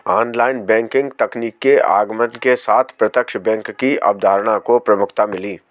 online banking तकनीक के आगमन के साथ प्रत्यक्ष बैंक की अवधारणा को प्रमुखता मिली